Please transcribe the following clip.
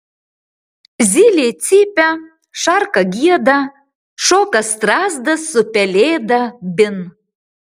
zylė cypia šarka gieda šoka strazdas su pelėda bin